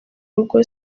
rugo